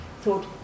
thought